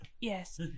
yes